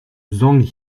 zhang